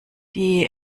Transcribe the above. die